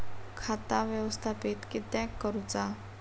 खाता व्यवस्थापित किद्यक करुचा?